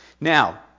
Now